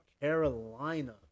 Carolina